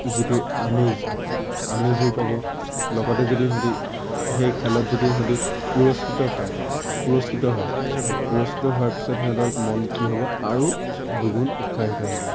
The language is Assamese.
যিটো পাব লগতে যদি সিহঁতি সেই খেলত যদি সিহঁতি পুৰস্কৃত পায় পুৰস্কৃত হয় সেই পুৰস্কৃত হোৱাৰ পিছত সিহঁতক মন কি হ'ব আৰু দুগুণ উৎসাহিত হ'ব